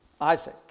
Isaac